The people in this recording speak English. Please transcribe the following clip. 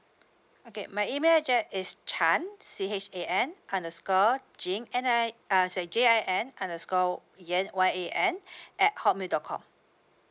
okay my email address is chan C H A N underscore jin N I uh sorry J I N underscore yan Y A N at hotmail dot com